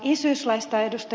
isyyslaista ed